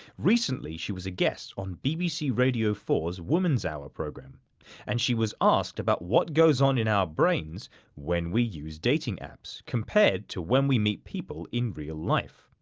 recently she was a guest on bbc radio four s woman's hour programme and she was asked about what goes on in our brains when we use dating apps compared to when we meet people in real life.